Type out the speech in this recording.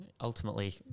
ultimately